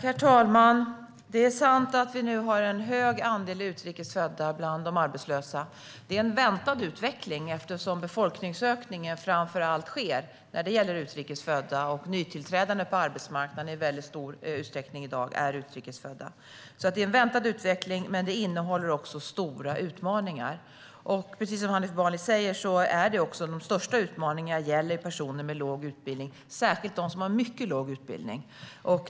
Herr talman! Det är sant att det nu är en stor andel utrikes födda bland de arbetslösa. Det är en väntad utveckling eftersom befolkningsökningen framför allt gäller utrikes födda. De nytillträdande på arbetsmarknaden är i dag i väldigt stor utsträckning utrikes födda. Det är alltså en väntad utveckling, men den innehåller också stora utmaningar. Precis som Hanif Bali säger gäller de största utmaningarna personer med låg utbildning, särskilt utrikes födda med mycket låg utbildning.